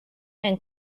and